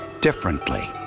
differently